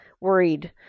worried